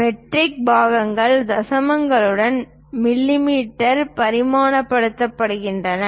matric பாகங்கள் தசமங்களுடன் மிமீ பரிமாணப்படுத்தப்படுகின்றன